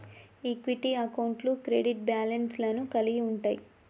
equity అకౌంట్లు credit balance లను కలిగి ఉంటయ్